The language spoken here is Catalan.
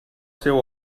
seva